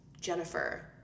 Jennifer